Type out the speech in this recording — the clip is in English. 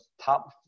top